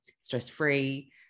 stress-free